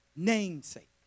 Namesake